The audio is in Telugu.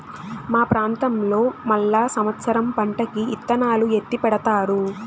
మా ప్రాంతంలో మళ్ళా సమత్సరం పంటకి ఇత్తనాలు ఎత్తిపెడతారు